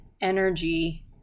energy